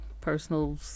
personal